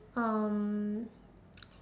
um